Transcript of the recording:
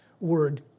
word